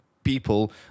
People